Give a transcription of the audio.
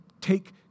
take